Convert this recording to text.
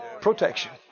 protection